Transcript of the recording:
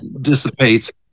dissipates